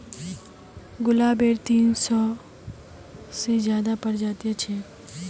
गुलाबेर तीन सौ से ज्यादा प्रजातियां छेक